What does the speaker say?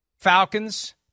Falcons